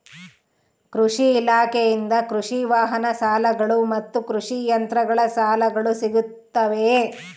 ಕೃಷಿ ಇಲಾಖೆಯಿಂದ ಕೃಷಿ ವಾಹನ ಸಾಲಗಳು ಮತ್ತು ಕೃಷಿ ಯಂತ್ರಗಳ ಸಾಲಗಳು ಸಿಗುತ್ತವೆಯೆ?